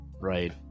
right